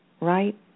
right